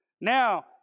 Now